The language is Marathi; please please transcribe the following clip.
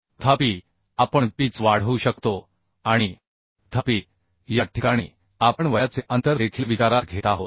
तथापि आपण पिच वाढवू शकतो आणि तथापि या ठिकाणी आपण age चे अंतर देखील विचारात घेत आहोत